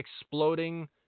exploding